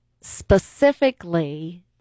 specifically